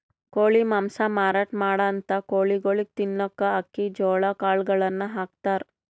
ಕೋಳಿ ಮಾಂಸ ಮಾರಾಟ್ ಮಾಡಂಥ ಕೋಳಿಗೊಳಿಗ್ ತಿನ್ನಕ್ಕ್ ಅಕ್ಕಿ ಜೋಳಾ ಕಾಳುಗಳನ್ನ ಹಾಕ್ತಾರ್